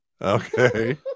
okay